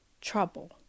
trouble